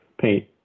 paint